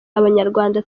abanyarwanda